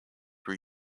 were